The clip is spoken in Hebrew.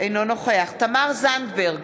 אינו נוכח תמר זנדברג,